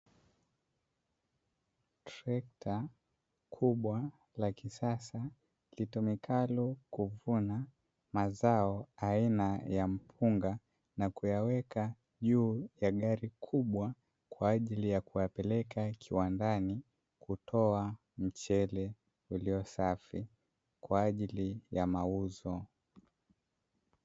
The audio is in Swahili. Trekta kubwa la kisasa litumikalo kuvuna mazao aina ya mpunga na kuyaweka juu ya gari kubwa, kwa ajili ya kuyapeleka kiwandani, kutoa mchele ulio safi kwa ajili ya mauzo.